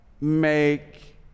Make